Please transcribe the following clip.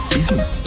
Business